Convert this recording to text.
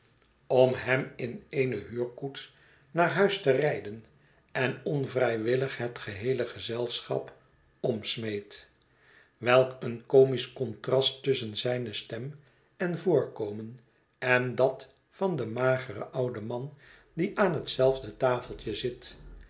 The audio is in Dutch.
om hem in eene huurkoets naar huis te rijden en onvrijwillig het geheele gezelschap omsmeet welk een comisch contrast tusschen zijne stem en voorkomen en dat van den mageren ouden man die aan hetzelfde tafeltje zit